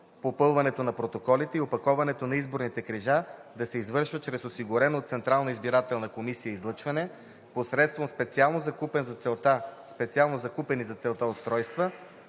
попълването на протоколите и опаковането на изборните книжа да се извършва чрез осигурено от Централната избирателна комисия излъчване посредством специално закупени за целта устройства